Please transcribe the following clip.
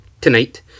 Tonight